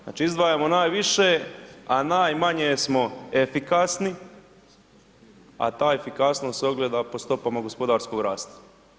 Znači izdvajamo najviše a najmanje smo efikasni a ta efikasnost se ogleda po stopama gospodarskog rasta.